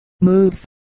moves